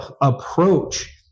approach